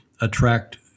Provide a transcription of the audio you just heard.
attract